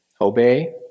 obey